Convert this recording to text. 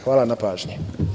Hvala na pažnji.